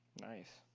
Nice